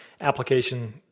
application